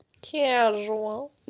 Casual